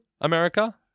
America